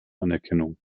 anerkennung